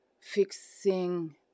fixing